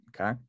okay